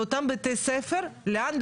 לאותם בתי ספר, לאן?